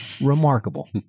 remarkable